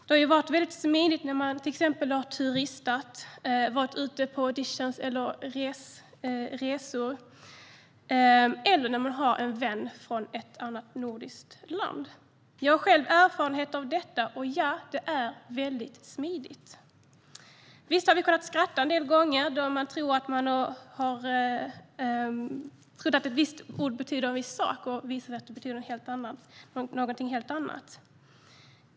Det har varit väldigt smidigt när man till exempel har turistat, varit på auditioner eller resor eller har en vän från ett annat nordiskt land. Jag har själv erfarenhet av detta, och det är väldigt smidigt. Visst har vi kunnat skratta en del gånger med då vi trodde att ett visst ord betydde en sak och det visade sig att det betydde någonting helt annat.